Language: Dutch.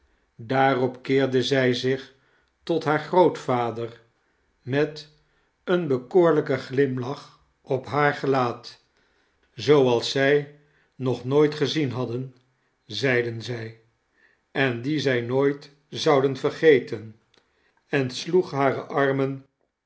daarop keerde zij zich tot haar grootvader met een bekoorlijken glimlach op haar gelaat zooals zij nog nooit gezien hadden zeiden zij en dien zij nooit zouden vergeten en sloeg hare armen